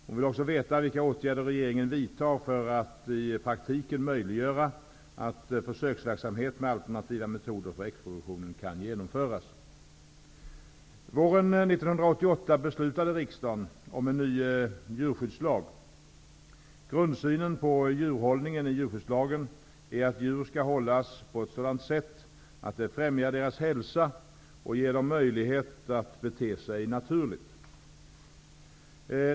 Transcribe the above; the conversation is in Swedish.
Hon vill också veta vilka åtgärder regeringen vidtar för att i praktiken möjliggöra att försöksverksamhet med alternativa metoder för äggproduktion kan genomföras. Våren 1988 beslutade riksdagen om en ny djurskyddslag. Grundsynen på djurhållningen i djurskyddslagen är att djur skall hållas på ett sådant sätt att det främjar deras hälsa och ger dem möjlighet att bete sig naturligt.